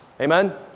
Amen